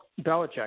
Belichick